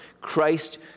Christ